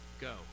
Go